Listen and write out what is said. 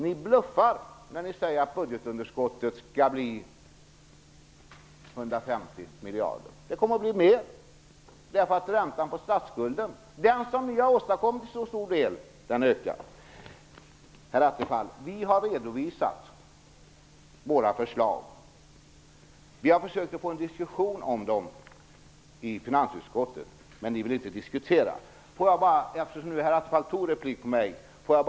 Ni bluffar nämligen när ni säger att budgetunderskottet skall bli 150 miljarder kronor. Det kommer att röra sig om mer än så. Räntan på statsskulden -- något som ni till stor del har åstadkommit -- ökar nämligen. Herr Attefall, vi har redovisat våra förslag. Vi har försökt att få en diskussion om dem i finansutskottet, men ni vill inte diskutera. Herr Attefall begärde replik med anledning av vad jag sagt.